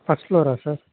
first ஃப்ளோரா sir